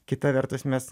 kita vertus mes